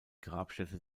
grabstätte